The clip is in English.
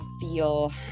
feel